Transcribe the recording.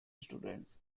students